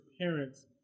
parents